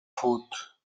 faute